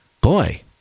boy